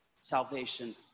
salvation